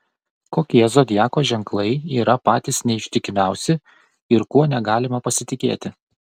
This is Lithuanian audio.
kokie zodiako ženklai yra patys neištikimiausi ir kuo negalima pasitikėti